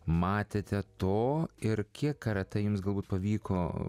matėte to ir kiek karatė jums galbūt pavyko